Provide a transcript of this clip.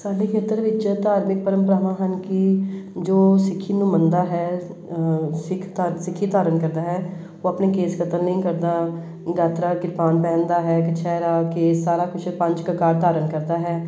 ਸਾਡੇ ਖੇਤਰ ਵਿੱਚ ਧਾਰਮਿਕ ਪਰੰਪਰਾਵਾਂ ਹਨ ਕਿ ਜੋ ਸਿੱਖੀ ਨੂੰ ਮੰਨਦਾ ਹੈ ਸਿੱਖ ਧਰ ਸਿੱਖੀ ਧਾਰਨ ਕਰਦਾ ਹੈ ਉਹ ਆਪਣੇ ਕੇਸ ਕਤਲ ਨਹੀਂ ਕਰਦਾ ਗਾਤਰਾ ਕਿਰਪਾਨ ਪਹਿਨਦਾ ਹੈ ਕਛਹਿਰਾ ਕੇਸ ਸਾਰਾ ਕੁਛ ਪੰਜ ਕਕਾਰ ਧਾਰਨ ਕਰਦਾ ਹੈ